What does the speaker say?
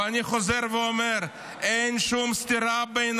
ואני חוזר ואומר, אין שום סתירה בין